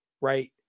right